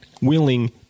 willing